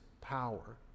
power